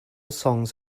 songs